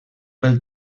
pel